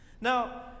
Now